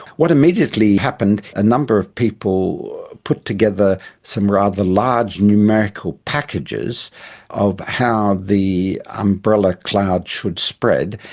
what immediately happened, a number of people put together some rather large numerical packages of how the umbrella cloud should spread,